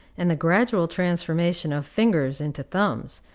and the gradual transformation of fingers into thumbs,